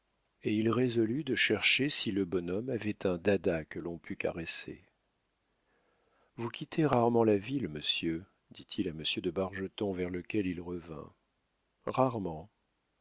et il résolut de chercher si le bonhomme avait un dada que l'on pût caresser vous quittez rarement la ville monsieur dit-il à monsieur de bargeton vers lequel il revint rarement